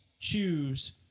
choose